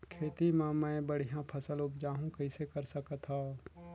खेती म मै बढ़िया फसल उपजाऊ कइसे कर सकत थव?